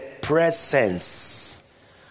presence